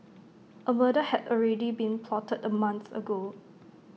A murder had already been plotted A month ago